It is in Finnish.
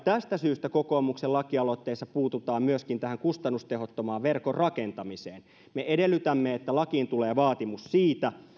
tästä syystä kokoomuksen lakialoitteessa puututaan myöskin tähän kustannustehottomaan verkon rakentamiseen me edellytämme että lakiin tulee vaatimus siitä